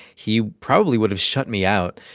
he probably would have shut me out,